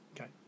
Okay